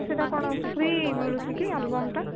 ସେଟା କ'ଣ ଫ୍ରି ମିଳୁଛିକି ଆଲବମ୍ ଟା